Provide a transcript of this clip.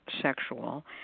sexual